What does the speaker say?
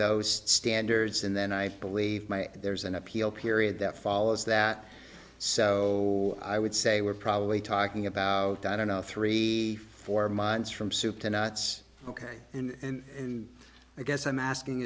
those standards and then i believe my there's an appeal period that follows that so i would say we're probably talking about i don't know three four months from soup to nuts ok and i guess i'm asking